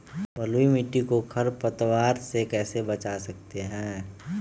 बलुई मिट्टी को खर पतवार से कैसे बच्चा सकते हैँ?